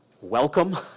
Welcome